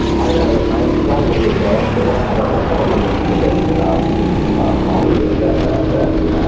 i know, i understand where you're going, but let's have ah let's have a longer conversation about how are you going to get there? then,